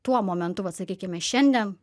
tuo momentu vat sakykime šiandien